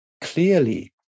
clearly